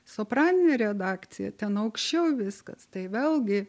sopraninė redakcija ten aukščiau viskas tai vėlgi